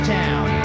town